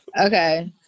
Okay